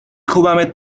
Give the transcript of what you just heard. کوبمت